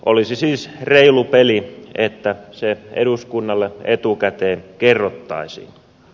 olisi siis reilu peli että se eduskunnalle etukäteen kerrottaisiin